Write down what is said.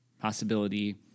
possibility